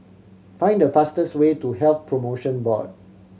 find the fastest way to Health Promotion Board